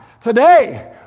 today